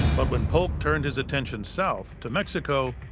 but when polk turned his attention south to mexico,